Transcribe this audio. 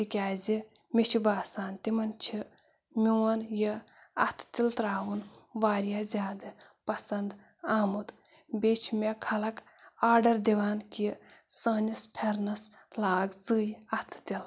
تِکیٛازِ مےٚ چھُ باسان تِمَن چھِ میٛون یہِ اَتھٕ تِلہٕ ترٛاوُن واریاہ زیادٕ پَسنٛد آمُت بیٚیہِ چھِ مےٚ خلق آرڈَر دِوان کہِ سٲنِس پھرنَس لاگ ژٕے اَتھٕ تِلہٕ